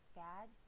bad